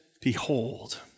Behold